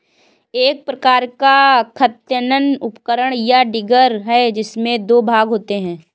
एक प्रकार का उत्खनन उपकरण, या डिगर है, जिसमें दो भाग होते है